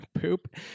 Poop